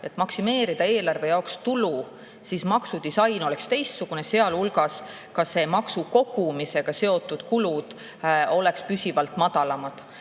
maksimeerida eelarvetulu, siis maksudisain oleks teistsugune, sealhulgas oleks maksu kogumisega seotud kulud püsivalt madalamad.